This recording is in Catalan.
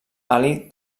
ali